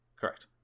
Correct